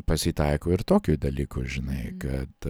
pasitaiko ir tokių dalykų žinai kad